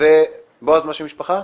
מה שם המשפחה?